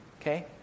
Okay